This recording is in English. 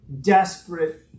desperate